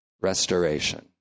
restoration